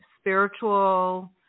spiritual